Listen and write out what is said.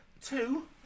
Two